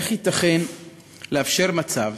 איך ייתכן לאפשר מצב